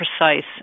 precise